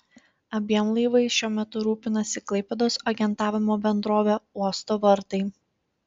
abiem laivais šiuo metu rūpinasi klaipėdos agentavimo bendrovė uosto vartai